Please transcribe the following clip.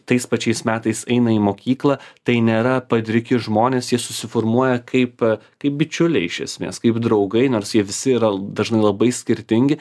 tais pačiais metais eina į mokyklą tai nėra padriki žmonės jie susiformuoja kaip kaip bičiuliai iš esmės kaip draugai nors jie visi yra dažnai labai skirtingi